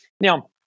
Now